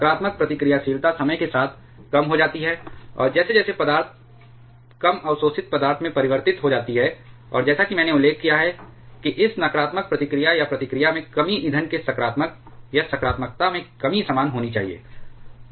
नकारात्मक प्रतिक्रियाशीलता समय के साथ कम हो जाती है और जैसे जैसे पदार्थ कम अवशोषित पदार्थ में परिवर्तित हो जाती है और जैसा कि मैंने उल्लेख किया है कि इस नकारात्मक प्रतिक्रिया या प्रतिक्रिया में कमी ईंधन की सकारात्मक या सकारात्मकता में कमी के समान होनी चाहिए